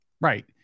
Right